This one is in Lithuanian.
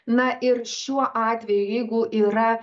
na ir šiuo atveju jeigu yra